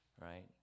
right